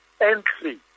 entry